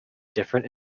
different